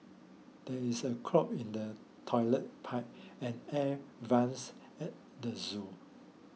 there is a clog in the Toilet Pipe and Air Vents at the zoo